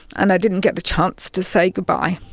and i didn't get the chance to say goodbye.